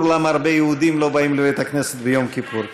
למה הרבה יהודים לא באים לבית הכנסת ביום כיפור.